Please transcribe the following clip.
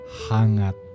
hangat